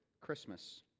Christmas